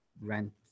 rent